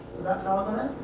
that's how i'm gonna